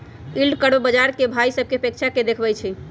yield curve बाजार से भाइ सभकें अपेक्षा के देखबइ छइ